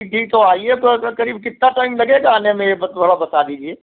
जी आइए तो करीब कितना टाइम लगेगा आने में ये बत थोड़ा बता दीजिए